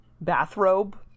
bathrobe